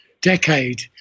decade